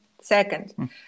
second